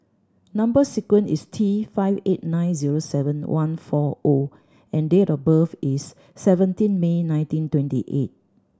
number sequence is T five eight nine zero seven one four O and date of birth is seventeen May nineteen twenty eight